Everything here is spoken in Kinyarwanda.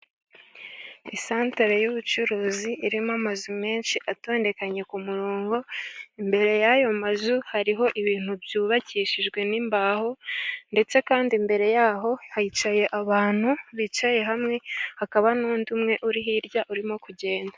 Isantarare y'ubucuruzi irimo amazu menshi atondekanye ku murongo, imbere y'ayo mazu hariho ibintu byubakishijwe n'imbaho, ndetse kandi mbere yaho hicaye abantu bicaye hamwe hakaba n'undi umwe uri hirya urimo kugenda.